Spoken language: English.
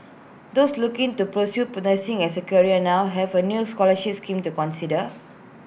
those looking to pursue put nursing as A career now have A new scholarship scheme to consider